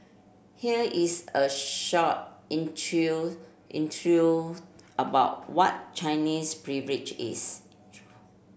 here is a short intro intro about what Chinese Privilege is